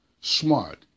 Smart